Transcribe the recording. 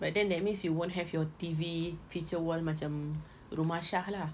but then that means you won't have your T_V feature wall macam rumah shah lah